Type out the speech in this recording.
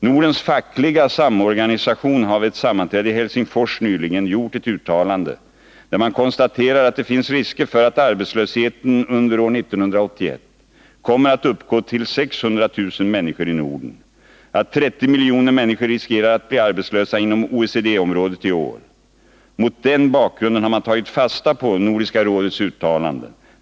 Nordens fackliga samorganisation har vid ett sammanträde i Helsingfors nyligen gjort ett uttalande, där man konstaterar att det finns risker för att arbetslösheten under år 1981 kommer att uppgå till 600 000 människor i Norden och att 30 miljoner människor riskerar att bli arbetslösa inom OECD-området i år. Mot den bakgrunden har man tagit fasta på Nordiska rådets uttalanden.